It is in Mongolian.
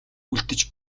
үлдэж